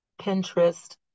Pinterest